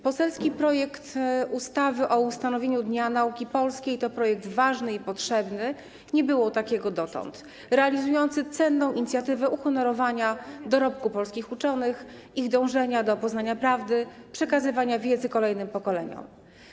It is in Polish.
Poselski projekt ustawy o ustanowieniu Dnia Nauki Polskiej to projekt ważny i potrzebny - nie było takiego dotąd - realizujący cenną inicjatywę uhonorowania dorobku polskich uczonych, ich dążenia do poznania prawny, przekazywania wiedzy kolejnym pokoleniom.